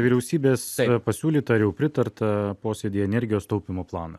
vyriausybės pasiūlytą ir jau pritartą posėdyje energijos taupymo planą